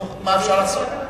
נו, מה אפשר לעשות?